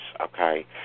okay